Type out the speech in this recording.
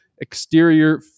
exterior